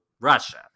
Russia